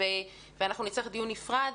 אנחנו נצטרך דיון נפרד.